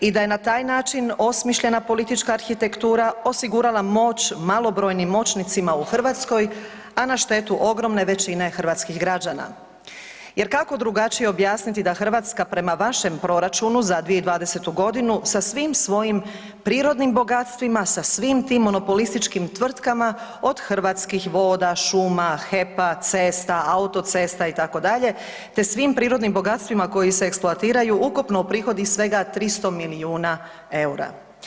I da je na taj način osmišljena politička arhitektura osigurala moć malobrojnim moćnicima u Hrvatskoj, a na štetu ogromne većine hrvatskih građana, jer, kako drugačije objasniti da Hrvatska prema vašem proračunu, za 2020. g. sa svim svojim prirodnim bogatstvima, sa svim tim monopolističkim tvrtkama, od Hrvatskih voda, šuma, HEP-a, cesta, autocesta itd. te svim prirodnim bogatstvima koji se eksploatiraju ukupno uprihodi svega 300 milijuna eura.